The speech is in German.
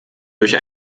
durch